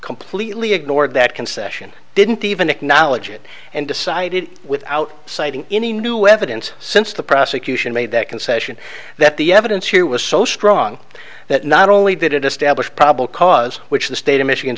completely ignored that concession didn't even acknowledge it and decided without citing any new evidence since the prosecution made that concession that the evidence here was so strong that not only did it establish probable cause which the state of michigan